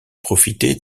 profiter